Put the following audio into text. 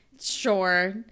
Sure